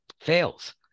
fails